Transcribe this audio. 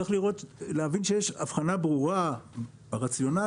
צריך להבין שיש הבחנה ברורה ברציונל